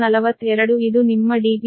62 42 ಇದು ನಿಮ್ಮ Db2